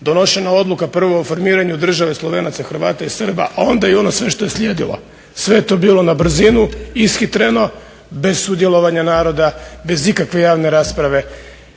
donošena odluka prvo o formiranju države Slovenaca, Hrvata i Srba a onda i ono sve što je slijedilo. Sve je to bilo na brzinu, ishitreno, bez sudjelovanja naroda, bez ikakve javne rasprave